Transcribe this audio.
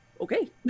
okay